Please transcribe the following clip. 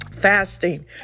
Fasting